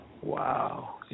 Wow